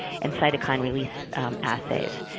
and cytokine release assays,